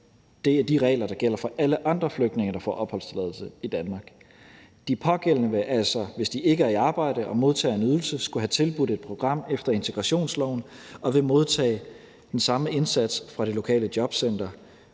det er de regler, der gælder for alle andre flygtninge, der får opholdstilladelse i Danmark. De pågældende vil altså, hvis de ikke er i arbejde og modtager en ydelse, skulle have tilbudt et program efter integrationsloven og vil modtage den samme indsats fra det lokale jobcenter